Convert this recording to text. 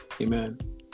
amen